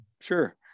Sure